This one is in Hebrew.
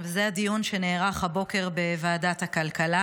הדיון שנערך הבוקר בוועדת הכלכלה.